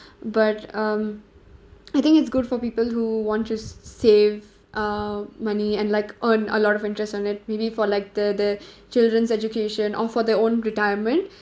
but um I think it's good for people who want to save uh money and like earn a lot of interest on it maybe for like the the children's education or for their own retirement